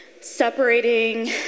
separating